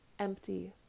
empty